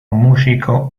músico